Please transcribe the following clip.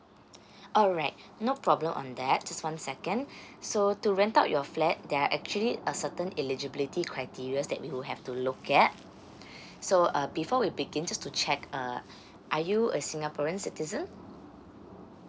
alright no problem on that just one second so to rent out your flat there are actually a certain eligibility criterias that you have to look at so uh before we begin just to check uh are you a singaporean citizen